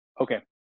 Okay